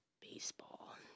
baseball